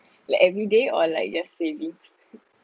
like everyday or like just savings